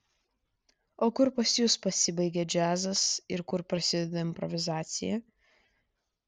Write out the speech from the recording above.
o kur pas jus pasibaigia džiazas ir kur prasideda improvizacija